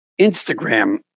Instagram